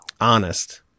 honest